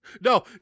No